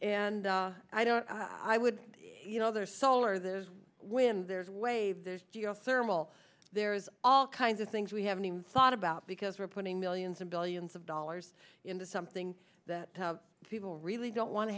and i don't i would you know there solar there is when there's way there's geothermal there's all kinds of things we haven't even thought about because we're putting millions and billions of dollars into something that people really don't want to